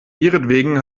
ihretwegen